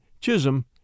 Chisholm